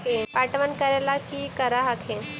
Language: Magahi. पटबन करे ला की कर हखिन?